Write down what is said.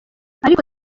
ariko